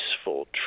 Peaceful